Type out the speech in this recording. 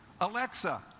Alexa